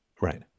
Right